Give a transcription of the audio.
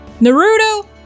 Naruto